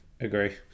agree